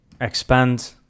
expand